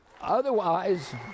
otherwise